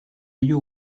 you